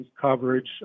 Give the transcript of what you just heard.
coverage